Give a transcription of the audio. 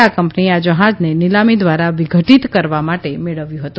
આ કંપનીએ આ જહાજને નિલામી ધ્વારા વિઘટીત કરવા માટે મેળવ્યું હતું